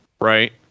right